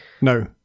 No